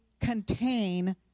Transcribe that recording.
contain